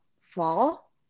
fall